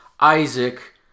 isaac